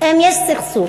אם יש סכסוך,